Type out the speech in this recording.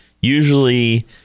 Usually